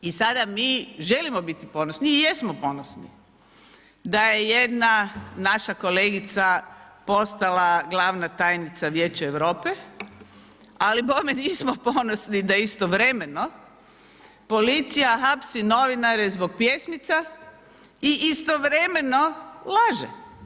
I sada mi želimo biti ponosni i jesmo ponosni da je jedna naša kolegica postala glavna tajnica Vijeća Europe, ali bome nismo ponosni da istovremeno policija hapsi novinare zbog pjesmica i istovremeno laže.